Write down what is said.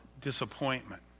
disappointment